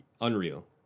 unreal